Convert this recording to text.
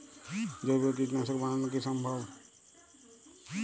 জৈব কীটনাশক বানানো কি সম্ভব?